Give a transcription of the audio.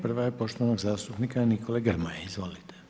Prva je poštovanog zastupnika Nikole Grmoje, izvolite.